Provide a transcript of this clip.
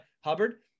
Hubbard